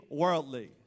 worldly